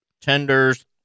tenders